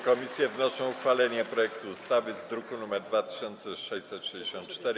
Komisje wnoszą o uchwalenie projektu ustawy z druku nr 2664.